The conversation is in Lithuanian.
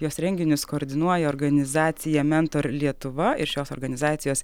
jos renginius koordinuoja organizacija mentor lietuva ir šios organizacijos